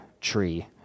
tree